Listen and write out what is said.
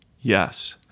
Yes